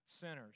sinners